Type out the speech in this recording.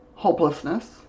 Hopelessness